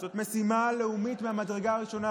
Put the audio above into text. זאת משימה לאומית מהמדרגה הראשונה,